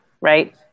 right